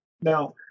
Now